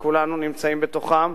שכולנו נמצאים בתוכם,